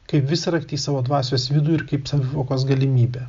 kaip visraktį į savo dvasios vidų ir kaip savivokos galimybę